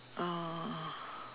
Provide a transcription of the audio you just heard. uh